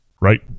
right